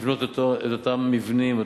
לבנות את אותם מבנים,